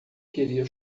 queria